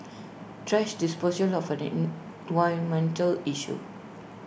thrash disposal of an environmental issue